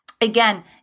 again